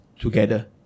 together